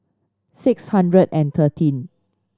six hundred and thirteen